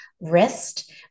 wrist